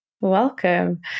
Welcome